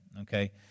okay